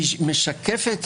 משקפת,